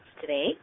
today